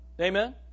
amen